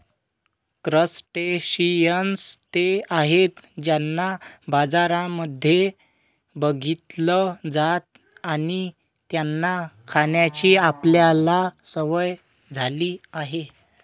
crustaceans ते आहेत ज्यांना बाजारांमध्ये बघितलं जात आणि त्यांना खाण्याची आपल्याला सवय झाली आहे